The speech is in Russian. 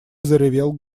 заревел